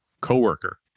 coworker